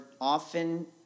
often